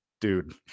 dude